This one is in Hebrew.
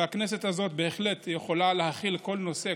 והכנסת הזאת בהחלט יכולה להכיל כל נושא,